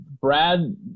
Brad